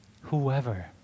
Whoever